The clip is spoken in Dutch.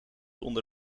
onder